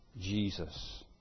Jesus